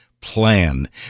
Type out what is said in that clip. plan